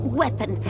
weapon